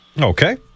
Okay